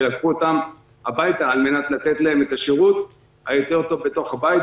לקחו אותם הביתה על מנת לתת את השירות הטוב ביותר בתוך הבית,